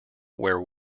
where